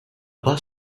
bus